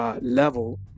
level